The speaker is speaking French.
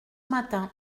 matin